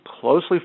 closely